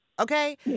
Okay